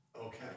Okay